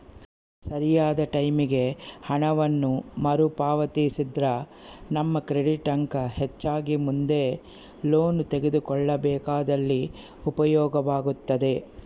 ಸರಿಯಾದ ಟೈಮಿಗೆ ಹಣವನ್ನು ಮರುಪಾವತಿಸಿದ್ರ ನಮ್ಮ ಕ್ರೆಡಿಟ್ ಅಂಕ ಹೆಚ್ಚಾಗಿ ಮುಂದೆ ಲೋನ್ ತೆಗೆದುಕೊಳ್ಳಬೇಕಾದಲ್ಲಿ ಉಪಯೋಗವಾಗುತ್ತದೆ